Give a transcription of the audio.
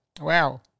Wow